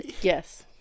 Yes